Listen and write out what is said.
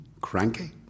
Cranky